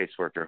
caseworker